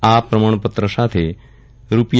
આ પ્રમાણપત્ર સાથે રૂા